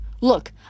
Look